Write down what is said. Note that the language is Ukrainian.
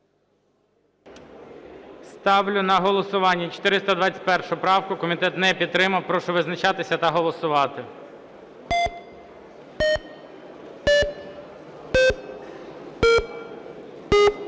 Ставлю на голосування 421 правку. Комітет не підтримав. Прошу визначатися та голосувати.